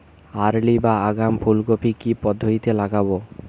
Early বা আগাম ফুল কপি কি পদ্ধতিতে লাগাবো?